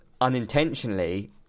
unintentionally